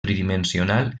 tridimensional